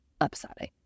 upsetting